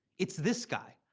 it's this guy.